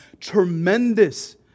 tremendous